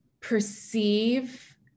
perceive